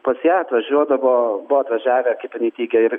pas ją atvažiuodavo buvo atvažiavę kaip jinai teigia ir